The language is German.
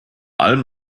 allem